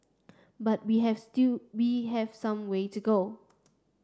but we have still we have some way to go